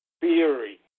theory